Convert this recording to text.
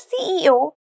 CEO